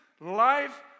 life